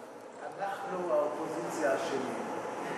אנחנו, האופוזיציה, אשמים.